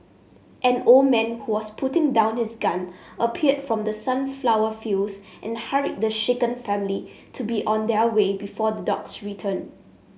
an old man who was putting down his gun appeared from the sunflower fields and hurried the shaken family to be on their way before the dogs return